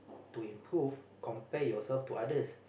to improve compare yourself to others